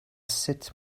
sut